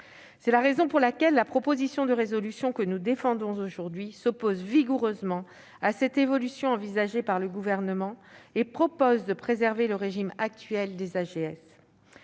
C'est la raison pour laquelle la proposition de résolution que nous défendons aujourd'hui s'oppose vigoureusement à l'évolution envisagée par le Gouvernement et propose de préserver le régime actuel de l'AGS.